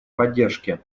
поддержке